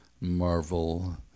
Marvel